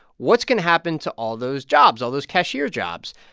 what's going to happen to all those jobs all those cashier jobs?